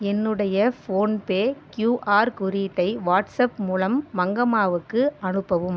என்னுடைய PhonePe QR குறியீட்டை WhatsApp மூலம் மங்கம்மாவுக்கு அனுப்பவும்